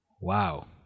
Wow